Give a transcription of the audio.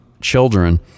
children